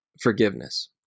forgiveness